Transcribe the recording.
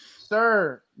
Sir